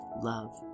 love